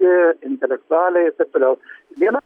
ir intelektualiai ir taip toliau viena